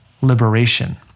liberation